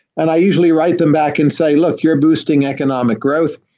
and i usually write them back and say, look, you're boosting economic growth.